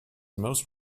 most